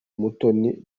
mutoni